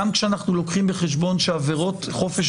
גם כשאנחנו לוקחים בחשבון שעבירות חופש